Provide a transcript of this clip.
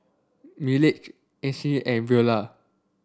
Ryleigh Acy and Veola